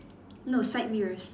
no side mirrors